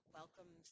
welcome